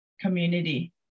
community